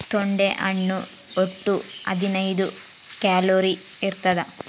ತೊಂಡೆ ಹಣ್ಣು ಒಟ್ಟು ಹದಿನೈದು ಕ್ಯಾಲೋರಿ ಇರ್ತಾದ